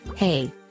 Hey